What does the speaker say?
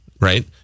right